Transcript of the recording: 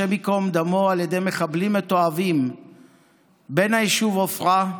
השם ייקום דמו, בן היישוב עפרה,